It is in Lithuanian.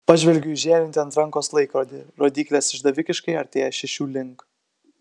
pažvelgiu į žėrintį ant rankos laikrodį rodyklės išdavikiškai artėja šešių link